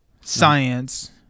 science